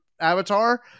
avatar